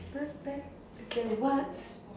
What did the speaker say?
not bad okay what's